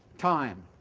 time,